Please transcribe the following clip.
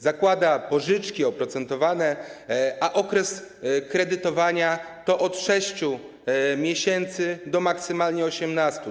Zakłada pożyczki oprocentowane, a okres kredytowania wynosi od 6 miesięcy do maksymalnie 18.